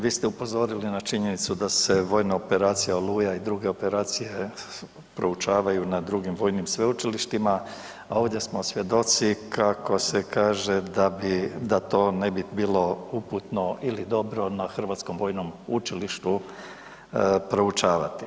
Vi ste upozorili na činjenicu da se vojna operacija Oluja i druge operacije proučavaju na drugim vojnim sveučilištima, a ovdje smo svjedoci kako se kaže, da bi, da to ne bi bilo uputno ili dobro na Hrvatskom vojnom učilištu proučavati.